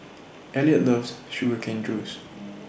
Eliot loves Sugar Cane Juice